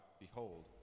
Behold